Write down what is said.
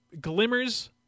glimmers